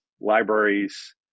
libraries